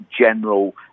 General